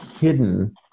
hidden